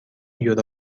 یورو